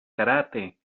karate